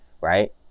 right